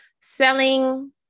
Selling